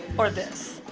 or this.